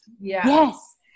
Yes